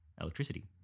electricity